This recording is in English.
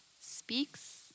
speaks